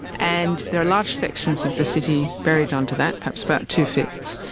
and there are large sections of the city buried under that, perhaps about two-fifths.